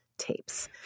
tapes